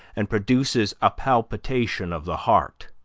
and produces a palpitation of the heart.